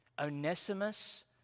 Onesimus